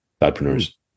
entrepreneurs